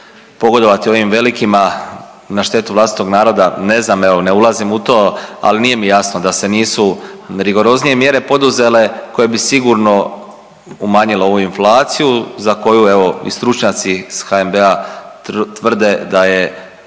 pogodovati ovim velikima na štetu vlastitog naroda ne znam, evo ne ulazim u to. Ali mi nije jasno da se nisu rigoroznije mjere poduzele koje bi sigurno umanjile ovu inflaciju za koju evo i stručnjaci iz HNB-a tvrde da je